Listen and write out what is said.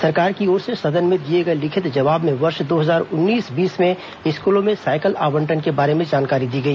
सरकार की ओर से सदन में दिए गए लिखित जवाब में वर्ष दो हजार उन्नीस बीस में स्कूलों में सायकल आवंटन के बारे में जानकारी दी गई